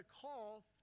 call